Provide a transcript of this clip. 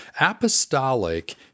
Apostolic